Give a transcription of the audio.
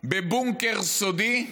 בבונקר סודי,